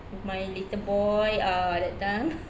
with my little boy uh that time